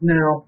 Now